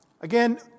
Again